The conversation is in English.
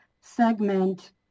segment